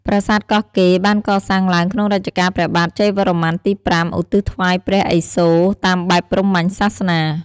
ប្រាសាទកោះកេរ បានកសាងឡើងក្នុងរជ្ជកាលព្រះបាទជ័យវរ្ម័នទី៥ ឧទ្ទិសថ្វាយព្រះឥសូរតាមបែបព្រាហ្មញ្ញសាសនា។